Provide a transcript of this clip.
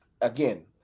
again